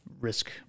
risk